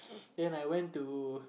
then I went to